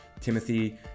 Timothy